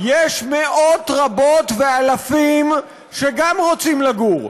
יש מאות רבות ואלפים שגם רוצים לגור,